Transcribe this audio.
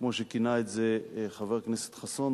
כמו שכינה את זה חבר הכנסת חסון,